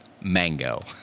mango